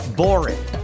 boring